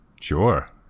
Sure